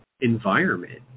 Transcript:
environment